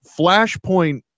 flashpoint